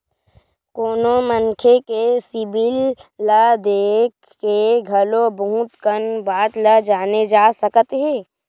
कोनो मनखे के सिबिल ल देख के घलो बहुत कन बात ल जाने जा सकत हे